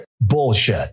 Bullshit